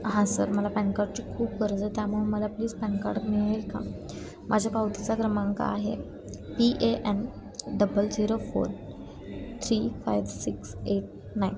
हां सर मला पॅन कार्डची खूप गरज आहे त्यामुळे मला प्लीज पॅन कार्ड मिळेल का माझ्या पावतीचा क्रमांक आहे P A N double zero four three five six eight nine